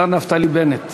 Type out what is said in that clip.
השר נפתלי בנט.